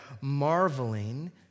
marveling